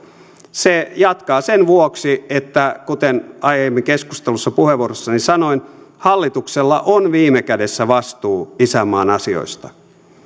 se jatkaa sen vuoksi että kuten aiemmin keskustelussa puheenvuorossani sanoin hallituksella on viime kädessä vastuu isänmaan asioista